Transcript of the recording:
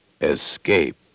escape